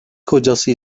kocası